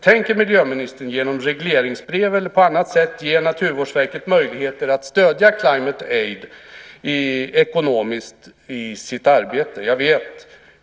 Tänker miljöministern genom regleringsbrev eller på annat sätt ge Naturvårdsverket möjligheter att stödja Climate Aid ekonomiskt i dess arbete?